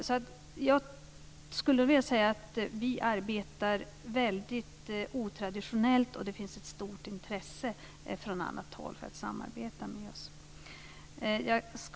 Vi arbetar alltså väldigt otraditionellt med de här frågorna, och det finns ett stort intresse från andra håll för att samarbeta med oss.